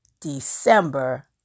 December